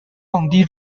降低